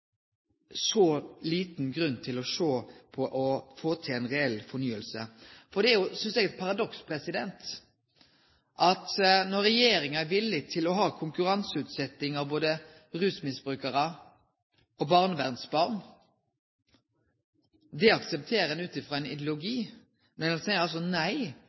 så lita interesse for å sjå på ei reell fornying? Eg synest det er eit paradoks at regjeringa er villig til å ha konkurranseutsetjing både når det gjeld rusmiddelmisbrukarar og barnevernsbarn – det aksepterer ein ut frå ein ideologi – men seier nei